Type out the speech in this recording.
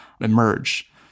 emerge